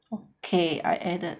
okay I done